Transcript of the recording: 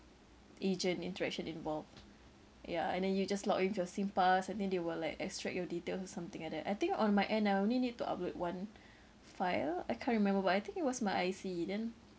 agent interaction involved ya and then you just log in with your Singpass and then they will like extract your details or something like that I think on my end I only need to upload one file I can't remember but I think it was my I_C then